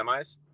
semis